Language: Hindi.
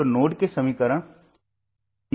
तो नोड के समीकरण में GV1 GV2 होगा